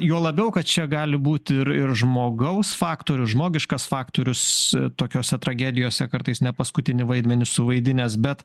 juo labiau kad čia gali būti ir ir žmogaus faktorius žmogiškas faktorius tokiose tragedijose kartais nepaskutinį vaidmenį suvaidinęs bet